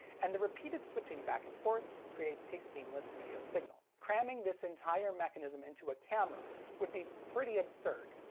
and the repeated switching back and forth creates a seamless video signal. cramming this entire mechanism into a camera would be pretty absurd.